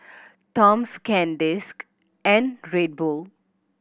Toms Sandisk and Red Bull